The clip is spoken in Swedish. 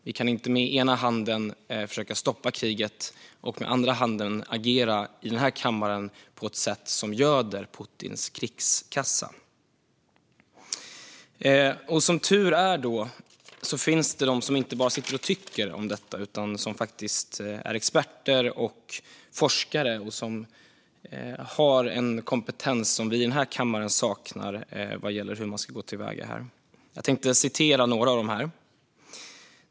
Vi kan inte med den ena handen försöka stoppa kriget och med den andra agera i den här kammaren på ett sätt som göder Putins krigskassa. Som tur är finns det de som inte bara sitter och tycker om detta utan som är experter och forskare och har en kompetens som vi i den här kammaren saknar vad gäller hur man ska gå till väga. Jag tänkte citera några av dem.